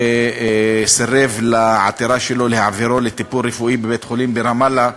וסירב לעתירה שלו להעבירו לטיפול רפואי לבית-חולים ברמאללה,